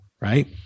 right